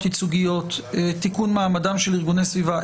ייצוגיות (תיקון - מעמדם של ארגוני סביבה),